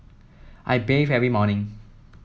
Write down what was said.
I bathe every morning